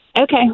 Okay